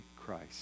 Christ